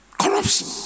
Corruption